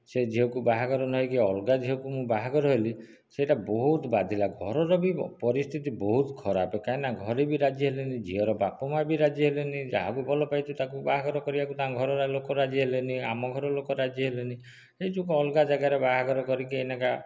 ସେ ଝିଅକୁ ବାହାଘର ନହେଇକି ଅଲଗା ଝିଅକୁ ମୁଁ ବାହାଘର ହେଲି ସେଟା ବହୁତ ବାଧିଲା ଘରର ବି ପରିସ୍ଥିତି ବହୁତ ଖରାପ କାହିଁକିନା ଘରେ ବି ରାଜି ହେଲେନି ଝିଅର ବାପା ମା' ବି ରାଜି ହେଲେନି ଯାହାକୁ ଭଲ ପାଇଥିଲି ତାକୁ ବାହାଘର କରିବାକୁ ତାଙ୍କ ଘର ଲୋକ ରାଜି ହେଲେନି ଆମ ଘର ଲୋକ ରାଜି ହେଲେନି ସେଇ ଝିଅକୁ ଅଲଗା ଜାଗାରେ ବାହାଘର କରିକି ଏଇନାକା